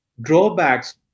drawbacks